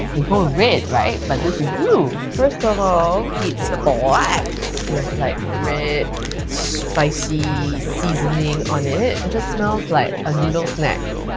they go red right but this is blue. first of all, it's but black with like red spicy seasoning on it. it. it just smells like a noodle snack.